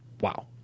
Wow